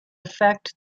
affect